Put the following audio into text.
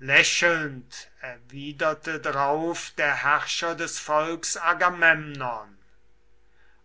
lächelnd erwiderte drauf der herrscher des volks agamemnon